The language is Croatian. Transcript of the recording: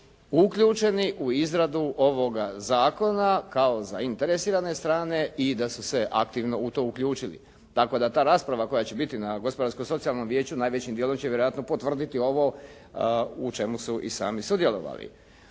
uključeni u izradu ovoga zakona kao zainteresirane strane i da su se aktivno u to uključili. Tako da ta rasprava koja će biti na Gospodarsko-socijalnom vijeću najvećim dijelom će vjerojatno potvrditi ovo u čemu su i sami sudjelovali.